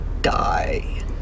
die